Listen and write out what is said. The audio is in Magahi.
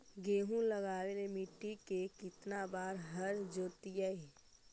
गेहूं लगावेल मट्टी में केतना बार हर जोतिइयै?